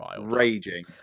raging